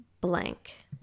blank